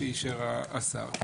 שאישר השר.